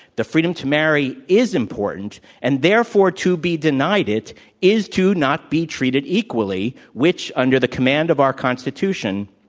the freedom to marry is important. and, therefore, to be denied it is to not be treated equally, which, under the command of our constitution,